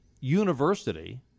university—